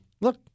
look